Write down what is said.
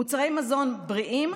מוצרי מזון בריאים,